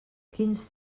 quins